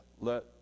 let